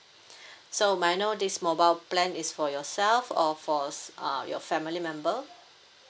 so may I know this mobile plan is for yourself or for uh your family member